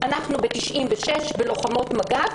אנחנו ב-1996 בלוחמות מג"ב,